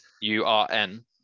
U-R-N